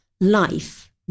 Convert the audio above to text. life